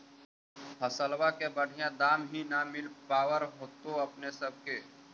फसलबा के बढ़िया दमाहि न मिल पाबर होतो अपने सब के?